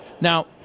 Now